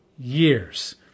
years